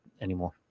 anymore